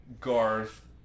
Garth